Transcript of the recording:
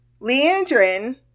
Leandrin